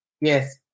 Yes